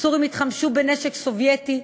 הסורים התחמשו בנשק סובייטי,